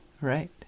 Right